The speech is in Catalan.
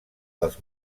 dels